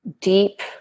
deep